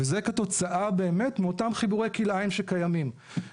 וזה כתוצאה באמת מאותם חיבורי כלאיים שקיימים.